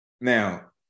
now